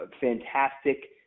fantastic